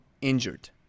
injured